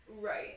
Right